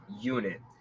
unit